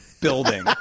building